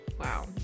wow